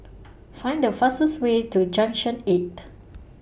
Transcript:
Find The fastest Way to Junction eight